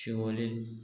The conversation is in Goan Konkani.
शिवोले